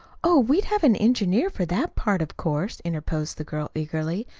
oh, we'd have an engineer for that part, of course, interposed the girl eagerly.